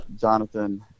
Jonathan